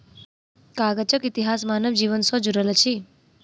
कागजक इतिहास मानव जीवन सॅ जुड़ल अछि